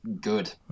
good